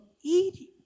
eating